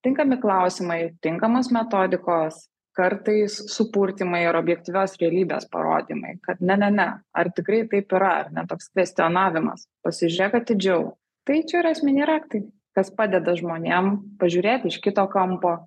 tinkami klausimai tinkamos metodikos kartais supurtymai ir objektyvios realybės parodymai kad ne ne ne ar tikrai taip yra ar ne toks kvestionavimas pasižiūrėk atidžiau tai čia yra esminiai raktai kas padeda žmonėm pažiūrėt iš kito kampo